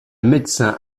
médecin